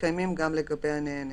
מתקיימים גם לגבי הנהנה.".